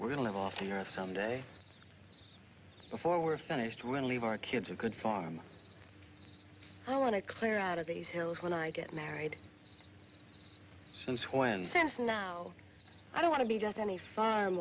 we're gonna live off the earth some day before we're finished with leave our kids a good farm i want to clear out of these hills when i get married since when since now i don't want to be just any farm